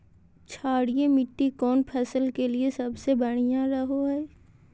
क्षारीय मिट्टी कौन फसल के लिए सबसे बढ़िया रहो हय?